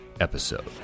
episode